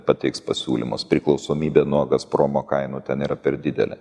pateiks pasiūlymus priklausomybė nuo gazpromo kainų ten yra per didelė